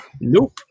Nope